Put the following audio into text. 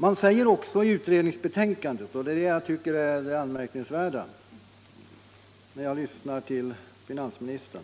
Man säger också i sitt utredningsbetänkande — och det är det jag tycker är anmärkningsvärt när jag lyssnar till finansministern